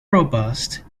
robust